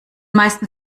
meisten